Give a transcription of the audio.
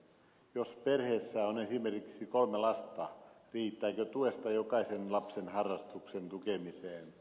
jos perheessä on esimerkiksi kolme lasta riittääkö tuesta jokaisen lapsen harrastuksen tukemiseen